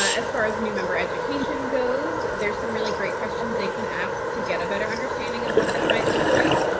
ah as far as new member education goes, there's some really great questions they can ask to get a better understanding of what that might look like,